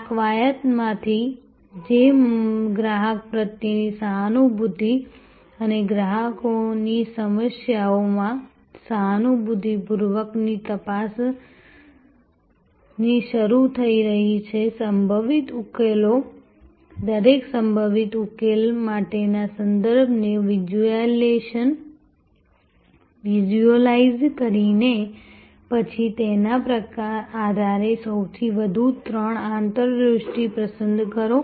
આ કવાયતમાંથી જે ગ્રાહક પ્રત્યેની સહાનુભૂતિ અને ગ્રાહકોની સમસ્યામાં સહાનુભૂતિપૂર્વકની તપાસથી શરૂ થઈ રહી છે સંભવિત ઉકેલો દરેક સંભવિત ઉકેલ માટેના સંદર્ભને વિઝ્યુઅલાઈઝ કરીને પછી તેના આધારે સૌથી વધુ ત્રણ આંતરદૃષ્ટિ પસંદ કરો